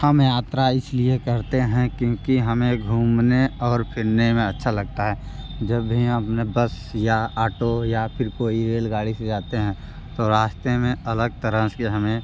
हम यात्रा इसलिए करते हैं क्योंकि हमें घूमने और फिरने में अच्छा लगता है जब भी अपने बस या ऑटो या फिर कोई रेलगाड़ी से जाते हैं तो रास्ते में अलग तरह के हमें